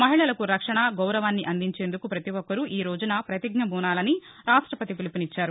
మహిళలకు రక్షణ గౌరవాన్ని అందించేందుకు పతి ఒక్కరూ ఈ రోజున పతిజ్ఞ బూనాలని రాష్టపతి పిలుపునిచ్చారు